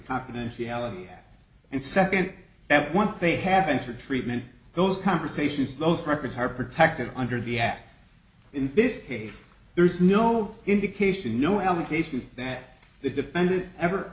confidentiality and second that once they have entered treatment those conversations those records are protected under the act in this case there is no indication no allegation that the defendant ever